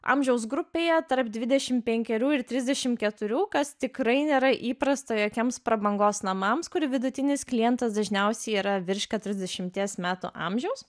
amžiaus grupėje tarp dvidešim penkerių ir trisdešim keturių kas tikrai nėra įprasta jokiems prabangos namams kurių vidutinis klientas dažniausiai yra virš keturiasdešimties metų amžiaus